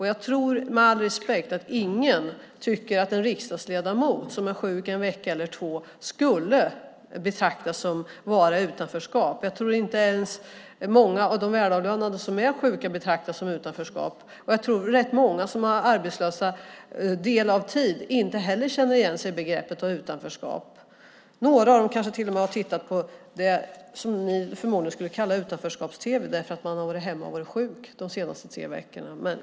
Jag tror, med all respekt, att ingen tycker att en riksdagsledamot som är sjuk en vecka eller två skulle betraktas vara i utanförskap. Jag tror inte ens att många av de välavlönade som är sjuka betraktas vara i utanförskap, och jag tror att rätt många som är arbetslösa en del av tiden inte heller känner igen sig i begreppet utanförskap. Några av dem kanske till och med har tittat på det ni förmodligen skulle kalla utanförskaps-tv, eftersom de har varit hemma och varit sjuka de senaste tre veckorna.